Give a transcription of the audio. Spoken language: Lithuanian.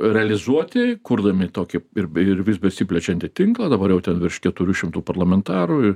realizuoti kurdami tokį ir ir vis besiplečiantį tinklą dabar jau ten virš keturių šimtų parlamentarų ir